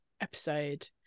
episode